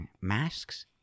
Masks